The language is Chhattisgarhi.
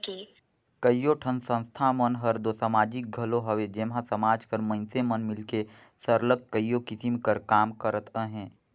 कइयो ठन संस्था मन हर दो समाजिक घलो हवे जेम्हां समाज कर मइनसे मन मिलके सरलग कइयो किसिम कर काम करत अहें